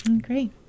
Great